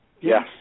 Yes